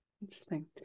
interesting